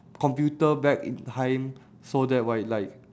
computer back in time so that right like